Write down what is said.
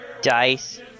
Dice